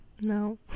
no